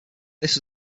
this